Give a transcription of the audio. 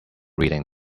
reading